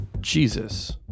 Jesus